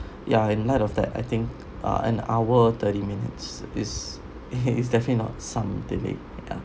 ya in light of that I think ah an hour thirty minutes is is definitely not some delayed ya